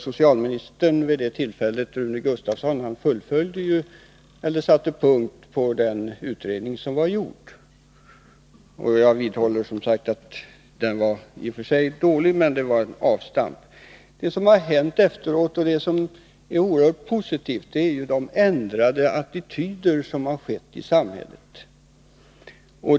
Socialministern vid det tillfället, Rune Gustavsson, satte punkt efter den utredning som var gjord. Jag vidhåller som sagt att den i och för sig var dålig, men den var ett avstamp. Det som har hänt efteråt, och som är oerhört positivt, är de ändrade attityder som vuxit fram i samhället.